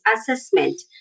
assessment